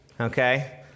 okay